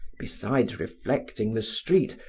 beside reflecting the street,